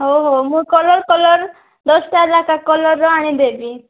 ହଉ ହଉ ମୁଁ କଲର୍ କଲର୍ ଦଶଟା ଲେଖାଁ କଲର୍ର ଆଣିଦେଵି